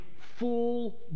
full